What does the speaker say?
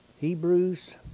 Hebrews